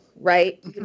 right